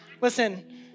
Listen